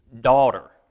daughter